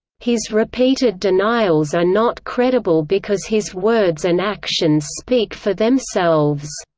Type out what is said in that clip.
his repeated denials are not credible because his words and actions speak for themselves,